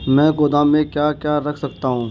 मैं गोदाम में क्या क्या रख सकता हूँ?